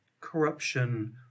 corruption